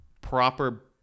Proper